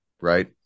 right